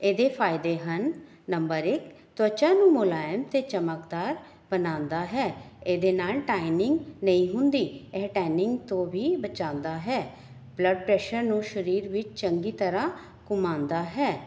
ਇਹਦੇ ਫਾਇਦੇ ਹਨ ਨੰਬਰ ਇੱਕ ਤਵੱਚਾ ਨੂੰ ਮੁਲਾਇਮ ਅਤੇ ਚਮਕਦਾਰ ਬਣਾਉਂਦਾ ਹੈ ਇਹਦੇ ਨਾਲ ਟਾਈਨਿੰਗ ਨਹੀਂ ਹੁੰਦੀ ਇਹ ਟੈਨਿੰਗ ਤੋਂ ਵੀ ਬਚਾਉਂਦਾ ਹੈ ਬਲੱਡ ਪ੍ਰੈਸ਼ਰ ਨੂੰ ਸਰੀਰ ਵਿੱਚ ਚੰਗੀ ਤਰ੍ਹਾਂ ਘੁੰਮਾਉਂਦਾ ਹੈ